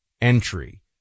entry